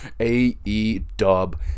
A-E-Dub